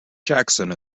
jackson